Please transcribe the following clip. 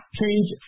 change